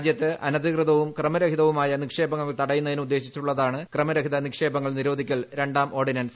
രാജൃത്ത് അനധികൃതവും ക്രമരഹിതവുമായ നിക്ഷേപങ്ങൾ തടയുന്നതിന് ഉദ്ദേശിച്ചുള്ളതാണ് ക്രമരഹിത നിക്ഷേപങ്ങൾ നിരോധിക്കൽ ര ാം ഓർഡിനൻസ്